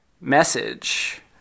message